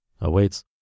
awaits